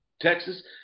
Texas